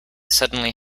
suddenly